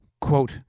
Quote